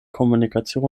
kommunikation